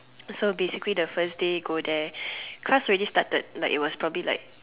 so basically the first day go there class already started like it was probably like